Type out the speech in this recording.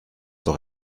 doch